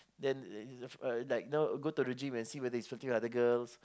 then uh uh you know go to the gym and see if he flirting with other girls